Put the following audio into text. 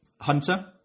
Hunter